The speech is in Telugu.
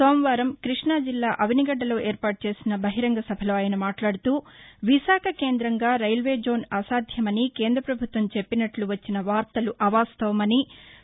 సోమవారం క ప్లాజిల్లా అవనిగడ్డలో ఏర్పాటుచేసిన బహిరంగసభలో ఆయన మాట్లాడుతూవిశాఖ కేందంగా రైల్వేజోన్ అసాధ్యమని కేంద్రపభుత్వం చెప్పినట్ల వచ్చిన వార్తలు అవాస్తవమని అన్నారు